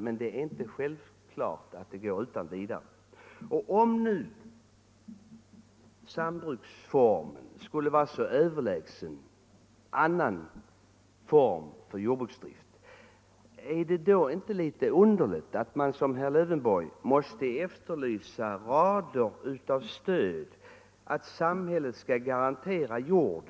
Men det är inte självklart att det går utan vidare. Är det inte, om nu sambruksformen skulle vara så överlägsen andra former av jordbruksdrift, underligt att man såsom herr Lövenborg måste efterlysa rader av stöd. Samhället skall garantera jord